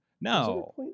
no